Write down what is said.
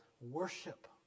Worship